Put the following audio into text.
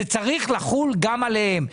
זה צריך לחול גם עליהם.